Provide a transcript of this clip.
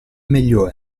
meglio